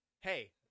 Hey